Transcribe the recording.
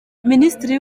minisitiri